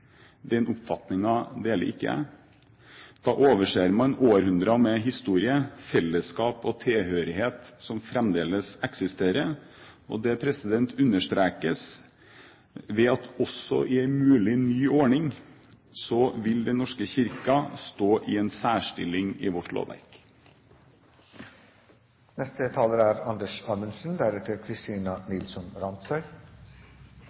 Den oppfatningen deler ikke jeg. Da overser man århundrer med historie, fellesskap og tilhørighet som fremdeles eksisterer, og det understrekes ved at også i en mulig ny ordning vil Den norske kirke stå i en særstilling i vårt